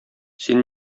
син